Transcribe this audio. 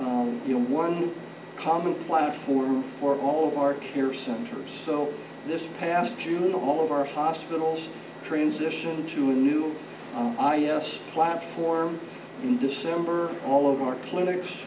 you know one common platform for all of our care centers so this past june all of our hospitals transition to a new platform in december all of our clinics